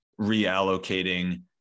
reallocating